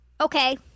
Okay